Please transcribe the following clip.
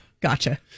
Gotcha